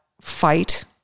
fight